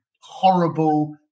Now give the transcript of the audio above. horrible